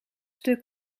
stuk